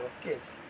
kids